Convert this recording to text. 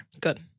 Good